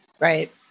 Right